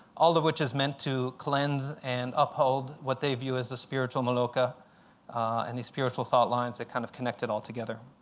all of which is meant to cleanse and uphold what they view as a spiritual maloca and these spiritual thought lines that kind of connect it all together.